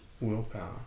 willpower